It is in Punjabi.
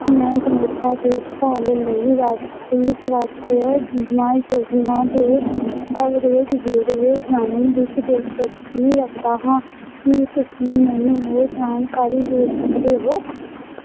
ਮੈਂ ਜਣੇਪਾ ਦੇਖਭਾਲ ਲਈ ਰਾਸ਼ਟਰੀ ਸਵਾਸਥ ਬੀਮਾ ਯੋਜਨਾ ਦੇ ਕਵਰੇਜ ਵੇਰਵੇ ਜਾਣਨ ਵਿੱਚ ਦਿਲਚਸਪੀ ਰੱਖਦਾ ਹਾਂ ਕੀ ਤੁਸੀਂ ਮੈਨੂੰ ਉਹ ਜਾਣਕਾਰੀ ਦੇ ਸਕਦੇ ਹੋ